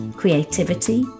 creativity